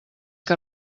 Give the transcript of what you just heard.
que